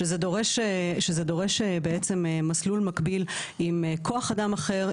שזה דורש בעצם מסלול מקביל עם כוח אדם אחר,